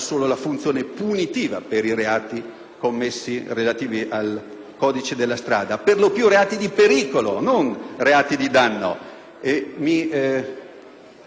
esso relativi, per lo più reati di pericolo e non reati di danno? Mi riferisco alla guida in stato ebbrezza: quasi sempre manca il danno